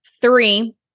Three